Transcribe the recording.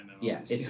Yes